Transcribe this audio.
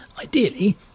Ideally